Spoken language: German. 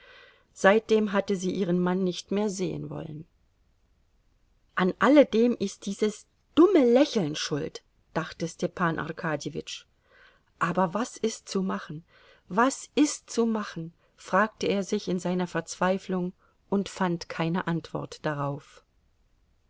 seitdem hatte sie ihren mann nicht mehr sehen wollen an alledem ist dieses dumme lächeln schuld dachte stepan arkadjewitsch aber was ist zu machen was ist zu machen fragte er sich in seiner verzweiflung und fand keine antwort darauf